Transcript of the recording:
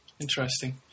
Interesting